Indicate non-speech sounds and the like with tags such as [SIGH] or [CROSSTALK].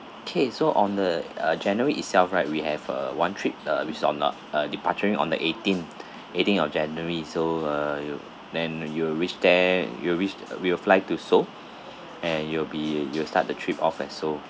okay so on the uh january itself right we have a one trip uh which on uh departuring on the eighteenth [BREATH] eighteenth of january so uh you then you will reach there you reached you will fly to seoul [BREATH] and you'll be you'll start the trip off at seoul